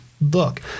look